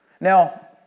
Now